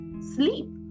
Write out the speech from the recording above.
sleep